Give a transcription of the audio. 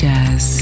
Jazz